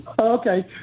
Okay